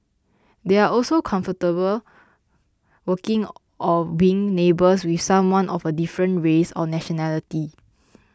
they are also comfortable working or being neighbours with someone of a different race or nationality